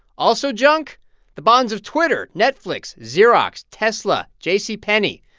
also junk the bonds of twitter, netflix, xerox, tesla, j c. penney.